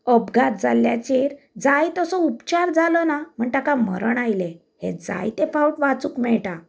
अपघात जाल्ल्याचेर जाय तसो उपचार जालो ना म्हण ताका मरण आयलें हें जायतें फावट वाचूकं मेळटा